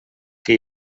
que